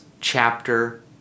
chapter